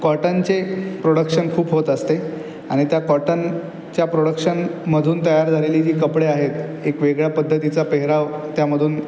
कॉटनचे प्रोडक्शन खूप होत असते आणि त्या कॉटनच्या प्रोडक्शनमधून तयार झालेली जी कपडे आहेत एक वेगळ्या पद्धतीचा पेहेराव त्यामधून